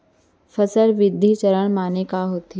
फसल वृद्धि चरण माने का होथे?